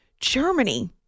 Germany